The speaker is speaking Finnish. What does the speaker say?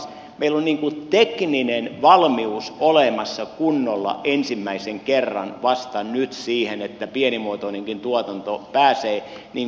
meillä on tekninen valmius olemassa kunnolla ensimmäisen kerran vasta nyt siihen että pienimuotoinenkin tuotanto pääsee verkkoon